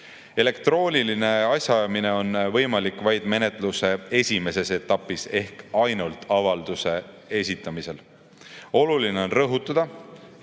Elektrooniline asjaajamine on võimalik vaid menetluse esimeses etapis ehk ainult avalduse esitamisel. Oluline on rõhutada,